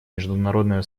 международное